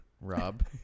Rob